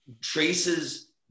traces